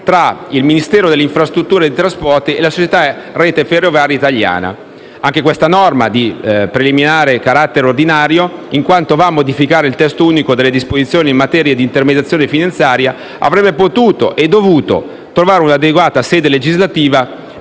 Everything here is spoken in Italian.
tra il Ministero delle infrastrutture e dei trasporti e la società Rete ferroviaria italiana. Anche questa norma, di preminente carattere ordinario, in quanto va a modificare il Testo Unico delle disposizioni in materia di intermediazione finanziaria, avrebbe potuto e dovuto trovare un'adeguata sede legislativa,